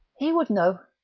he would know!